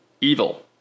evil